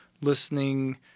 listening